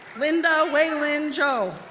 linda weilin zhou,